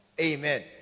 amen